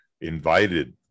invited